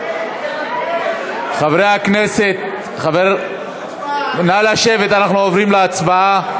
חברי הכנסת, נא לשבת, אנחנו עוברים להצבעה.